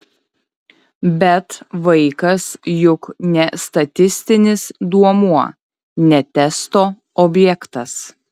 bet vaikas juk ne statistinis duomuo ne testo objektas